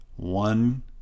one